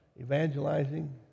evangelizing